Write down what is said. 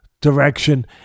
direction